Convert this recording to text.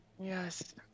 Yes